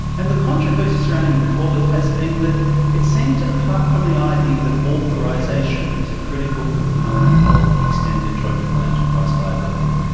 and the controversy surrounding mcauliffe has been that it seemed to depart from the idea that authorisation is a critical component of extended joint criminal enterprise liability.